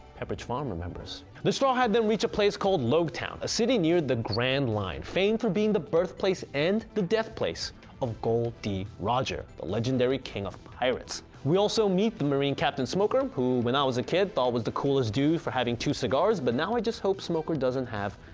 pepperidge farm remembers, the straw hats then reach a place called loguetown, a city near the grand line, famed for being the birthplace and the. death place of gol d. roger, the legendary king of pirates. we also meet the marine captain smoker, who when i was a kid thought was the coolest dude for having two cigars but now i just hope smoker doesn't have.